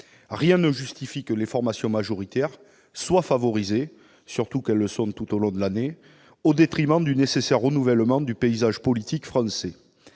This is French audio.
Rien ne justifie que les formations majoritaires soient favorisées- elles le sont déjà tout au long de l'année !-, au détriment du nécessaire renouvellement du paysage politique français.